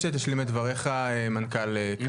שתשלים את דבריך, מנכ"ל קצא"א.